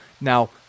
Now